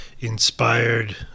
Inspired